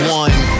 one